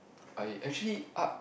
I actually art